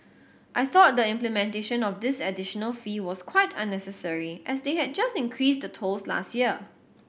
I thought the implementation of this additional fee was quite unnecessary as they had just increased the tolls last year